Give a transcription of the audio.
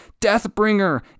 Deathbringer